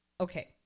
Okay